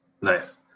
Nice